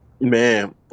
Man